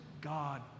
God